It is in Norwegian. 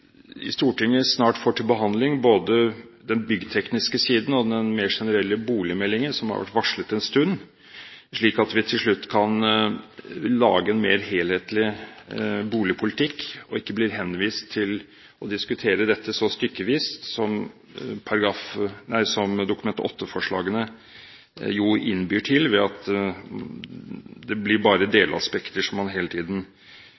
Stortinget snart får til behandling både den byggtekniske siden og den mer generelle boligmeldingen, som har vært varslet en stund, slik at vi til slutt kan lage en mer helhetlig boligpolitikk – og ikke bli henvist til å diskutere dette så stykkevis som Dokument 8-forslagene jo innbyr til, ved at det bare blir delaspekter som man hele tiden